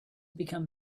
become